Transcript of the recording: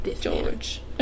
George